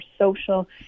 social